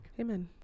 Amen